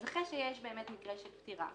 אז אחרי שיש מקרה של פטירה